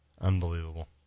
Unbelievable